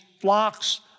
flocks